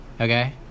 okay